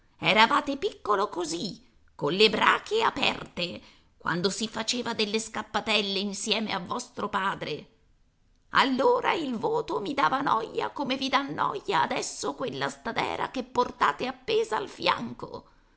eravate piccolo così colle brache aperte quando si faceva delle scappatelle insieme a vostro padre allora il voto mi dava noia come vi dà noia adesso quella stadera che portate appesa al fianco